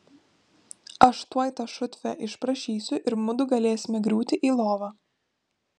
aš tuoj tą šutvę išprašysiu ir mudu galėsime griūti į lovą